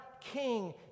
King